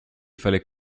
fallait